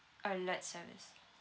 alert service